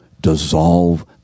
dissolve